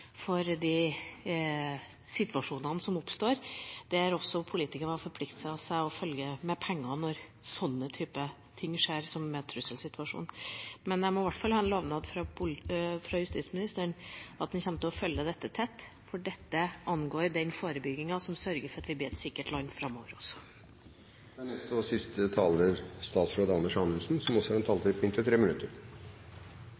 for de situasjonene som oppstår, der politikere hadde vært forpliktet til å la det følge med penger når f.eks. en trusselsituasjon inntreffer. Jeg må i hvert fall ha en lovnad fra justisministeren om at han kommer til å følge dette tett, for dette angår den forebygginga som sørger for at vi har et sikkert land også framover. La meg da få takke for en viktig, men kort debatt. Jeg synes også det er bra at flere som har deltatt i debatten, ikke kommer fra Oslo, for en